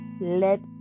Let